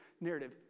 narrative